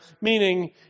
meaning